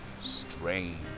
strange